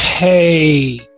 Hey